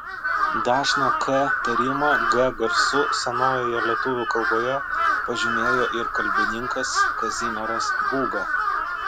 dažną k tarimą g garsu senojoje lietuvių kalboje pažymėjo ir kalbininkas kazimieras būga